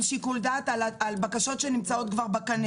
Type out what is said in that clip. שיקול דעת על בקשות שנמצאות כבר בקנה?